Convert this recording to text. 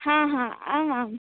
हा हा आमाम्